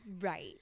right